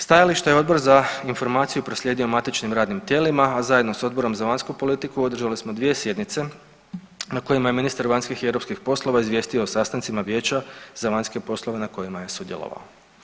Stajališta je Odbor za informaciju proslijedio matičnim radnim tijelima, a zajedno sa Odborom za vanjsku politiku održali smo dvije sjednice na kojima je ministar vanjskih i europskih poslova izvijestio o sastancima Vijeća za vanjske poslove na kojima je sudjelovao.